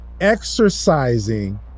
exercising